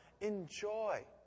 Enjoy